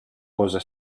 cosa